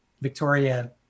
Victoria